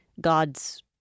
God's